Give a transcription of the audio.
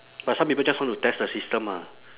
but some people just want to test the system lah